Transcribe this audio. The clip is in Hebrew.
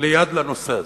ליד לנושא הזה.